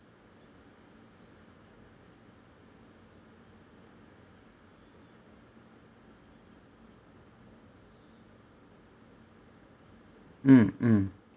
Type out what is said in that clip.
mm mm